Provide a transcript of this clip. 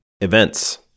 Events